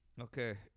Okay